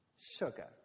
Sugar